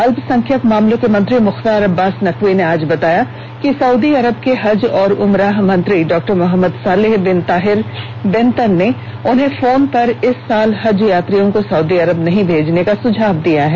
अल्पसंख्यक मामलों के मंत्री मुख्तार अब्बास नकवी ने आज बताया कि सऊदी अरब के हज और उमराह मंत्री Dr Mohammed Saleh bin Tahir Benten ने उन्हें फोन पर इस साल हज यात्रियों को सउदी अरब नहीं भेजने का सुझाव दिया है